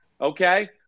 okay